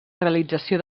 realització